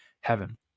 heaven